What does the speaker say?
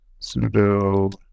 sudo